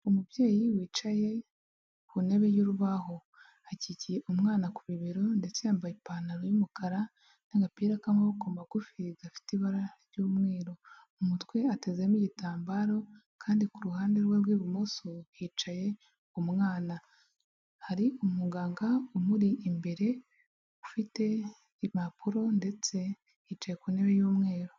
Umubyeyi wicaye ku ntebe y'urubaho, akikiye umwana ku bibero ndetse yambaye ipantaro y'umukara n'agapira k'amaboko magufi gafite ibara ry'umweru. Mu mutwe atezemo igitambaro kandi ku ruhande rwe rw'ibumoso hicaye umwana. Hari umuganga umuri imbere, ufite impapuro ndetse yicaye ku ntebe y'umweru.